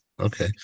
Okay